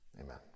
Amen